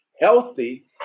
healthy